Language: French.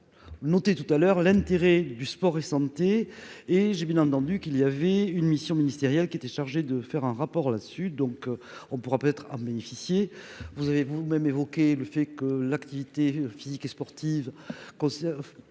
avez noté tout à l'heure, l'intérêt du sport et santé et j'ai bien entendu qu'il y avait une mission ministérielle qui était chargé de faire un rapport là dessus, donc on pourra pas être à en bénéficier, vous avez vous-même évoqué le fait que l'activité physique et sportive qu'on